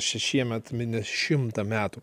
šiemet mini šimtą metų